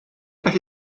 gallu